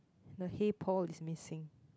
the hey Paul is missing